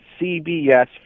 CBS